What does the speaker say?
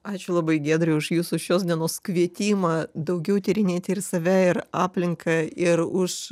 ačiū labai giedrei už jūsų šios dienos kvietimą daugiau tyrinėti ir save ir aplinką ir už